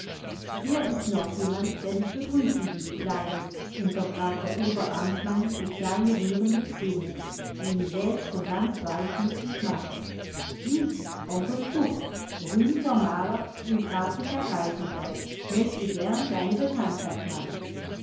hier ist noch jemand der dich begrüßen will kleines unterbrach der oberamtmann die kleine rührende szene die ihn selbst schon ganz weichmütig machte sieh onkel curt berühmter maler und afrikareisender möchte gern deine bekanntschaft machen